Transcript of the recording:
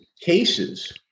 cases